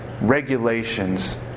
regulations